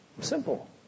Simple